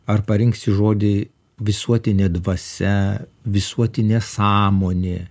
ar parinksi žodį visuotinė dvasia visuotinė sąmonė